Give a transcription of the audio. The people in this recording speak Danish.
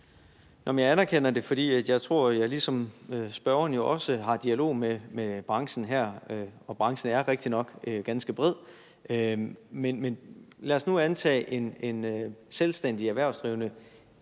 Jeg anerkender det, fordi jeg, ligesom spørgeren tror jeg, har dialog med branchen her, og branchen er rigtigt nok ganske bred. Men lad os nu antage, at det er en selvstændig erhvervsdrivende med en